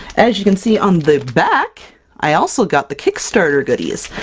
as you can see on the back i also got the kickstarter goodies!